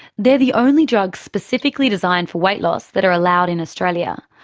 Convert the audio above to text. they're the only drugs specifically designed for weight loss that are allowed in australia,